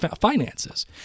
finances